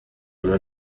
uru